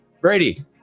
Brady